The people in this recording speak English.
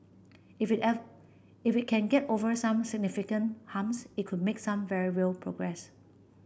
if if it can get over some significant humps it could make some very real progress